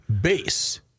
base